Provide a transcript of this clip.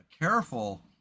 careful